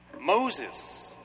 Moses